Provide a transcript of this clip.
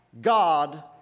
God